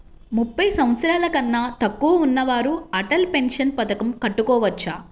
ముప్పై సంవత్సరాలకన్నా తక్కువ ఉన్నవారు అటల్ పెన్షన్ పథకం కట్టుకోవచ్చా?